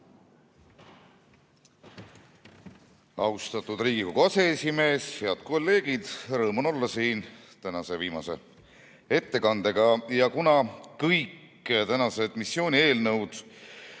Austatud Riigikogu aseesimees! Head kolleegid! Rõõm on olla siin tänase viimase ettekandega. Kuna kõik tänased missioonieelnõud